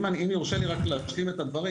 אם יורשה לי רק להשלים את הדברים.